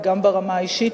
וגם ברמה האישית,